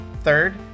Third